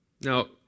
Now